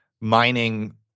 mining